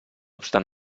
obstant